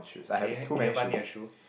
can you can you buy me a shoe